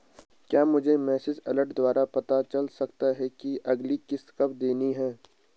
क्या मुझे message alert द्वारा पता चल सकता कि अगली किश्त कब देनी है?